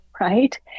right